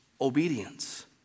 obedience